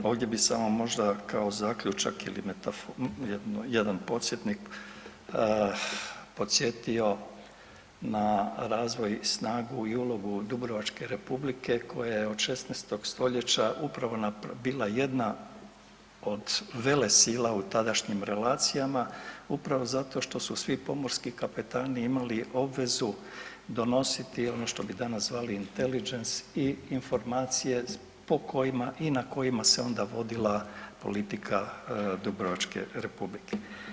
Ovdje bi samo možda kao zaključak ili .../nerazumljivo/... jedno, jedan podsjetnik, podsjetio na razvoj, snagu i ulogu Dubrovačke Republike koja je od 16. st. u pravo bila jedna od velesila u tadašnjim relacijama, upravo zato što su svi pomorski kapetani imali obvezu donositi ono što bi danas zvali inteligence i informacije po kojima i na kojima se onda vodila politika Dubrovačke Republike.